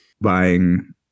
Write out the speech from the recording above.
buying